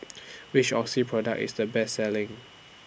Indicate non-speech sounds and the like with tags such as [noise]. [noise] Which Oxy Product IS The Best Selling